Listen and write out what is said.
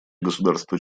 государства